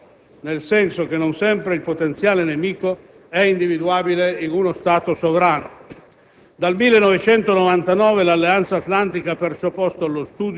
Nell'esame delle Commissioni si è anche posta la questione della NATO in rapporto al quadro geopolitico del Trattato Nord Atlantico. Con la fine della Guerra fredda